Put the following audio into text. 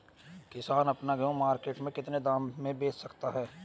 किसान अपना गेहूँ मार्केट में कितने दाम में बेच सकता है?